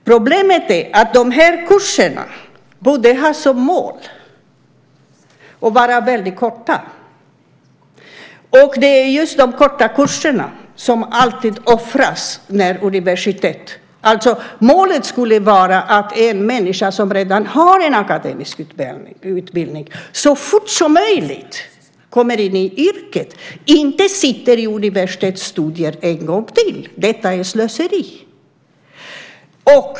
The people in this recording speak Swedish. Problemet är att dessa kurser har som mål att vara väldigt korta, och det är just de korta kurserna som alltid offras av universiteten. Målet skulle vara att en människa som redan har en akademisk utbildning så fort som möjligt kommer in i yrket och inte sitter i universitetsstudier en gång till. Detta är slöseri.